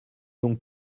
donc